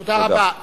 תודה רבה.